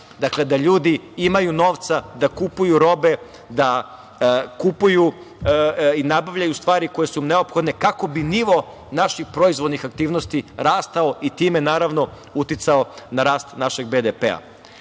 dakle, da ljudi imaju novca da kupuju robe, da kupuju i nabavljaju stvari koje su neophodne kako bi nivo naših proizvodnih aktivnosti rastao i time, naravno, uticao na rast našeg BDP.Treća